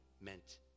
meant